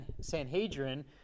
Sanhedrin